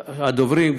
הדוברים,